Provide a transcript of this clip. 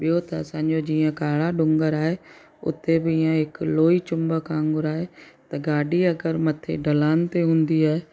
ॿियो त असांजो जीअं कारा डूंगर आहे उते बि ईअं हिक लोही चुंबक वांगुर आहे त गाॾी अगरि मथे ढलान ते हूंदी आहे